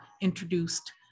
introduced